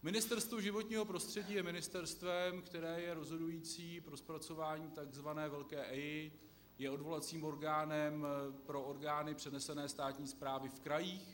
Ministerstvo životního prostředí je ministerstvem, které je rozhodující pro zpracování tzv. velké EIA, je odvolacím orgánem pro orgány přenesené státní správy v krajích.